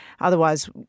otherwise